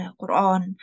Quran